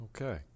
Okay